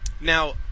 Now